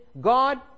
God